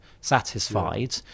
satisfied